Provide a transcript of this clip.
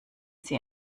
sie